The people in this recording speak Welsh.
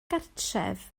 gartref